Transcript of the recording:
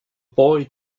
boy